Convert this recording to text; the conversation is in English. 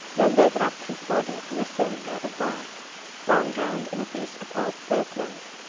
then they wrapped his body in a cylinder of bark wound round in a piece of old sailcloth,